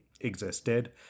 existed